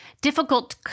difficult